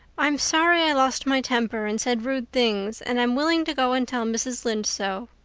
i'm sorry i lost my temper and said rude things, and i'm willing to go and tell mrs. lynde so.